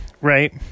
right